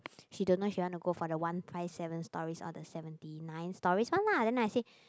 she don't know she wanna go for the one five seven stories or the seventy nine stories one lah then I say